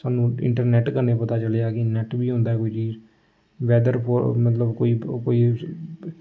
सानूं इटंरनैट्ट कन्नै पता चलेआ कि नैट्ट बी होंदा ऐ कोई चीज वैदर रिपोर्ट मतलब कोई ओह् कोई